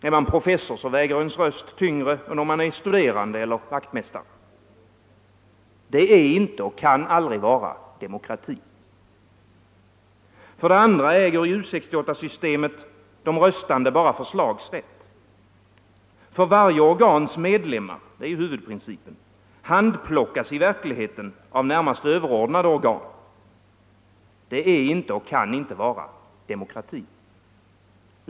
Är man professor väger ens röst tyngre än om man är studerande eller vaktmästare. Det är inte och kan aldrig vara demokrati. För det andra äger i U 68-systemet de röstande bara förslagsrätt. Varje organs medlemmar — det är ju huvudprincipen — handplockas i verkligheten av närmast överordnade organ. Det är inte och kan inte vara demokrati.